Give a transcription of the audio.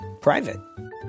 private